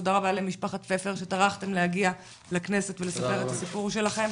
תודה רבה למשפחת פפר שטרחתם להגיע לכנסת ולספר את הסיפור שלכם.